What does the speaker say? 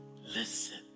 Listen